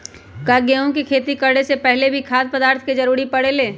का गेहूं के खेती करे से पहले भी खाद्य पदार्थ के जरूरी परे ले?